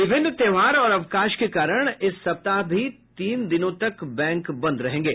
विभिन्न त्योहार और अवकाश के कारण इस सप्ताह भी तीन दिनों तक बैंक बंद रहेंगे